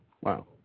Wow